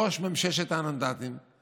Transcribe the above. במקרה הזה רצח של אזרחים ערבים.